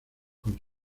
con